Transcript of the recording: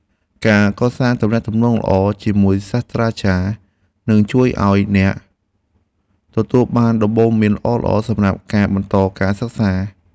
ការកសាងទំនាក់ទំនងល្អជាមួយសាស្ត្រាចារ្យនឹងជួយឱ្យអ្នកទទួលបានដំបូន្មានល្អៗសម្រាប់ការបន្តការសិក្សា។